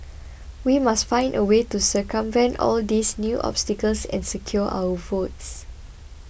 we must find a way to circumvent all these new obstacles and secure our votes